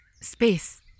space